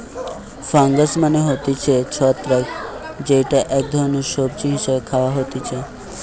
fungus মানে হতিছে ছত্রাক যেইটা এক ধরণের সবজি হিসেবে খাওয়া হতিছে